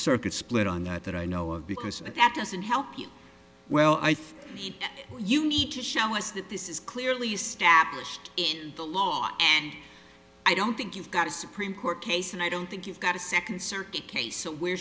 circuit split on that that i know of because at that doesn't help you well i think you need to show us that this is clearly established in the law and i don't think you've got a supreme court case and i don't think you've got a second circuit case so where